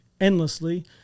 endlessly